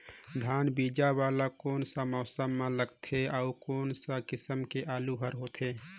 धान बीजा वाला कोन सा मौसम म लगथे अउ कोन सा किसम के आलू हर होथे?